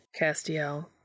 Castiel